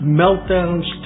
meltdowns